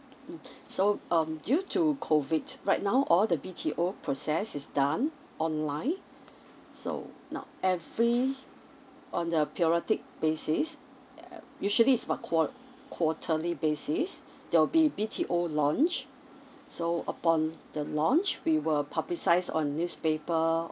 mm so um due to COVID right now all the B_T_O process is done online so now every on the periodic basis uh usually it's about qua~ quarterly basis there'll be B_T_O launch so upon the launch we will publicize on newspaper